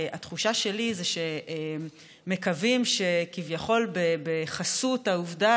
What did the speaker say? התחושה שלי זה שמקווים שכביכול בחסות העובדה